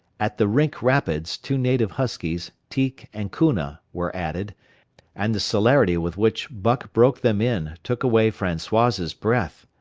at the rink rapids two native huskies, teek and koona, were added and the celerity with which buck broke them in took away francois's breath.